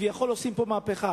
שכביכול עושים פה מהפכה.